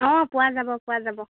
অঁ পোৱা যাব পোৱা যাব